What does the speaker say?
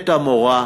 את המורה,